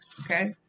okay